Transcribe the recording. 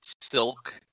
silk